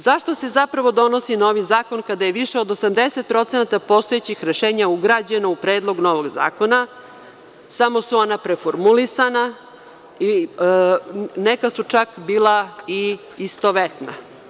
Zašto se, zapravo, donosi novi zakon kada je više od 80% postojećih rešenja ugrađeno u predlog novog zakona, samo su ona preformulisana, neka su čak bila i istovetna?